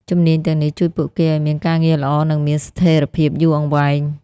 ជំនាញទាំងនេះជួយពួកគេឱ្យមានការងារល្អនិងមានស្ថិរភាពយូរអង្វែង។